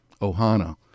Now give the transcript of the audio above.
Ohana